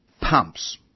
pumps